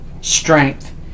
strength